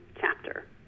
chapter